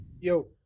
Yo